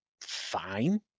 fine